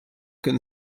can